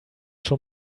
schon